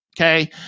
Okay